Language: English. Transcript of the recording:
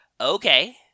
Okay